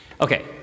Okay